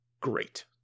great